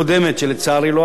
שלצערי לא עברה,